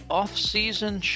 off-season